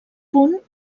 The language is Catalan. punt